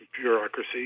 bureaucracy